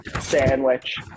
sandwich